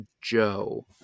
Joe